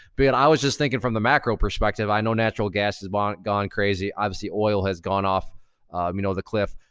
but and i was just thinking from the macro perspective. i know natural gas has gone gone crazy, obviously oil has gone off you know the cliff.